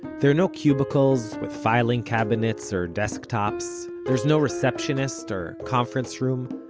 there are no cubicles with filing cabinets or desktops. there's no receptionist or conference room.